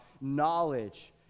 knowledge